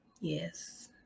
Yes